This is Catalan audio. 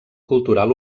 cultural